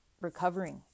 recovering